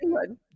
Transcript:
Good